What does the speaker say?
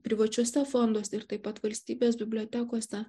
privačiuose fonduose ir taip pat valstybės bibliotekose